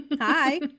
hi